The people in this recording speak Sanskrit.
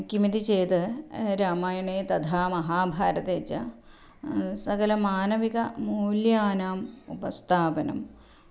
किमिति चेत् रामायणे तथा महाभारते च सकलमानविकमूल्यानाम् उपस्थापनं